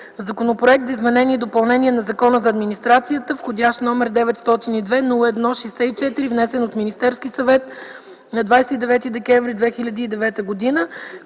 Законопроект за изменение и допълнение на Закона за администрацията, № 902-01-64, внесен от Министерския съвет на 29 декември 2009 г.